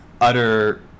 utter